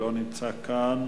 ברכה, לא נמצא כאן.